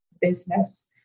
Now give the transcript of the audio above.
business